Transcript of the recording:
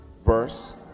Verse